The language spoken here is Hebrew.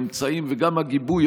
האמצעים וגם הגיבוי,